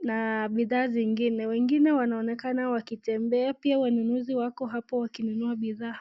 na bidhaa zingine. Wengine wanaonekana wakitembea pia wanunuzi wako hapo wakinunua bidhaa.